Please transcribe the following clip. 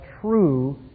true